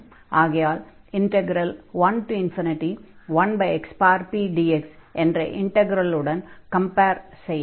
ஆகையால் 11xpdx என்ற இன்டக்ரலுடன் கம்பேர் செய்யலாம்